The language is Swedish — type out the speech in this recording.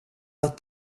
att